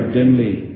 dimly